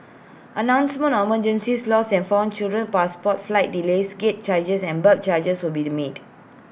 announcements on emergencies lost and found children passports flight delays gate changes and belt changes will still be made